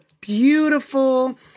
beautiful